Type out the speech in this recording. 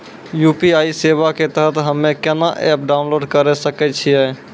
UPI सेवा के तहत हम्मे केना एप्प डाउनलोड करे सकय छियै?